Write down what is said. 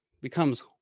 becomes